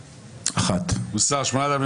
למה אתה שואל שאלות?